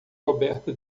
coberta